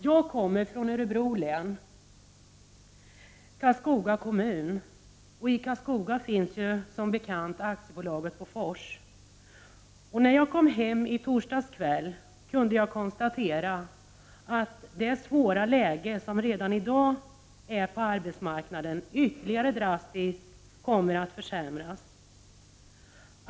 Jag kommer från Karlskoga kommun i Örebro län. I Karlskoga finns som bekant AB Bofors. När jag kom hem i torsdags kväll kunde jag konstatera att det redan i dag svåra läget på arbetsmarknaden ytterligare drastiskt kommer att försämras.